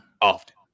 often